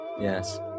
yes